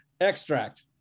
extract